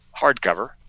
hardcover